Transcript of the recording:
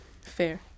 Fair